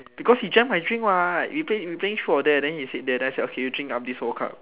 because he drank my drink [what] we playing we playing truth or dare then he said dare then I said okay you drink up this whole cup